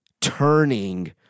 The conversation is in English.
turning